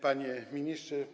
Panie Ministrze!